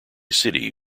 city